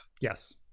Yes